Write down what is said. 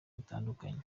butandukanye